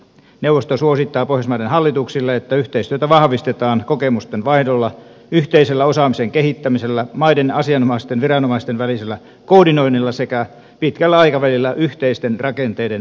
neuvosto suosittaa pohjoismaiden hallituksille että yhteistyötä vahvistetaan kokemusten vaihdolla yhteisellä osaamisen kehittämisellä maiden asianomaisten viranomaisten välisellä koordinoinnilla sekä pitkällä aikavälillä yhteisten rakenteiden lisäämisellä